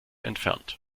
entfernt